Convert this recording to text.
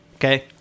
Okay